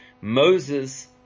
Moses